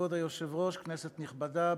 כבוד היושב-ראש, כנסת נכבדה,